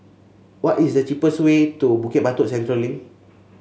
what is the cheapest way to Bukit Batok Central Link